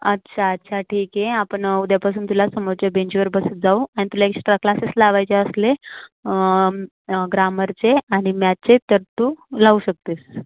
अच्छा अच्छा ठीक आहे आपण उद्यापासून तुला समोरच्या बेंचवर बसवत जाऊ आणि तुला एक्स्ट्रा क्लासेस लावायचे असले ग्रामरचे आणि मॅथचे तर तू लावू शकतेस